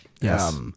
Yes